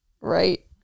Right